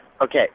okay